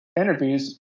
interviews